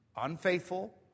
unfaithful